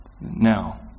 Now